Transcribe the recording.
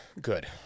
good